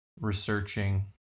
researching